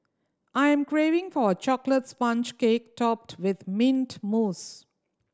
I am craving for a chocolate sponge cake topped with mint mousse